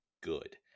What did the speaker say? good